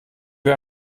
wir